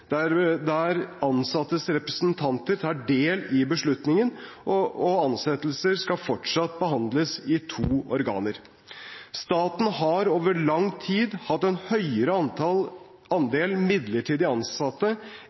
der ansattes representanter tar del i beslutningen, og ansettelser skal fortsatt behandles i to organer. Staten har over lang tid hatt en høyere andel midlertidig ansatte